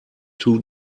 too